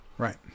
Right